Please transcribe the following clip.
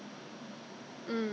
I think the the test kit